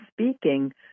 speaking